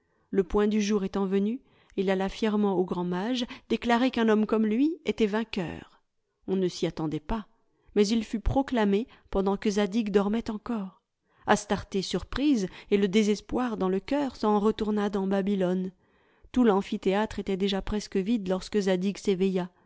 le point du jour étant venu il alla fièrement au grand mage déclarer qu'un homme comme lui était vainqueur on ne s'y attendait pas mais il fut proclamé pendant que zadig dormait encore astarté surprise et le désespoir dans le coeur s'en retourna dans babylone tout l'amphithéâtre était déjà presque vide lorsque zadig s'éveilla